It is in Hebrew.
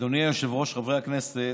אדוני היושב-ראש, חברי הכנסת,